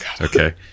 okay